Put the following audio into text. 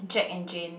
Jack and Jane